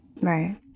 Right